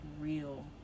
real